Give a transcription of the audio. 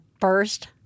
first